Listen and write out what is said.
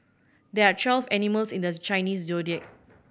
there are twelve animals in the Chinese Zodiac